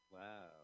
Wow